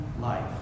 life